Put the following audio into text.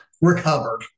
recovered